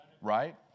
Right